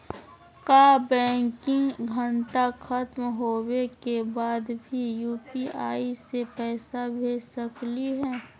का बैंकिंग घंटा खत्म होवे के बाद भी यू.पी.आई से पैसा भेज सकली हे?